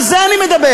על זה אני מדבר.